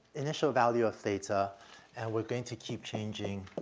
initial value of theta and we're going to keep changing